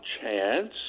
chance